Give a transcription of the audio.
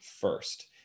first